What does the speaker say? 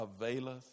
availeth